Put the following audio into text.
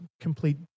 complete